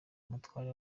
umutware